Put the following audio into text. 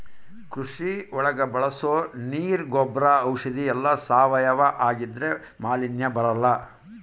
ಕೃಷಿ ಒಳಗ ಬಳಸೋ ನೀರ್ ಗೊಬ್ರ ಔಷಧಿ ಎಲ್ಲ ಸಾವಯವ ಆಗಿದ್ರೆ ಮಾಲಿನ್ಯ ಬರಲ್ಲ